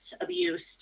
abuse